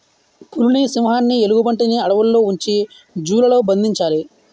పులిని సింహాన్ని ఎలుగుబంటిని అడవుల్లో ఉంచి జూ లలో బంధించాలి